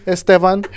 Esteban